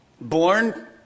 born